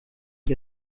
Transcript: ich